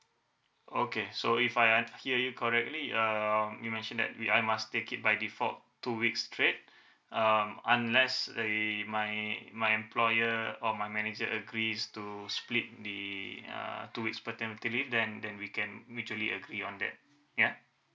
okay so if I hear you correctly um you mentioned that we I must take it by default two weeks straight um unless the my my employer or my manager agrees to split the uh two weeks paternity leave then then we can mutually agree on that ya